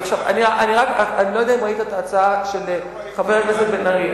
אני לא יודע אם ראית את ההצעה של חבר הכנסת בן-ארי,